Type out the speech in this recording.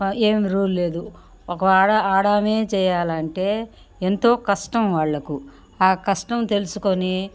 ఏమీ రూల్ లేదు ఒకవేళ వాడామే చెయ్యాలంటే ఎంతో కష్టం వాళ్లకు ఆ కష్టం తెలుసుకొని